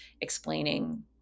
explaining